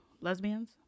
lesbians